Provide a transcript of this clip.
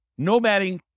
nomading